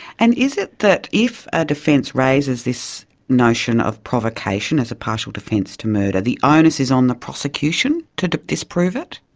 and is it that if a defence raises this notion of provocation as a partial defence to murder, the onus is on the prosecution to to disprove it?